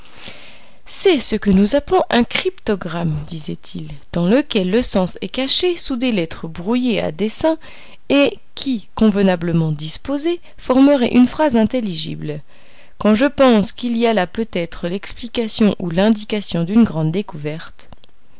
c'est ce que nous appelons un cryptogramme disait-il dans lequel le sens est caché sous des lettres brouillées à dessein et qui convenablement disposées formeraient une phrase intelligible quand je pense qu'il y a là peut-être l'explication ou l'indication d'une grande découverte